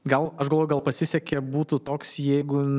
gal aš galvoju gal pasisekė būtų toks jeigu